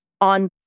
On